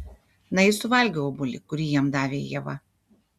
na jis suvalgė obuolį kurį jam davė ieva